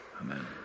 Amen